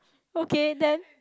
okay then